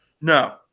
No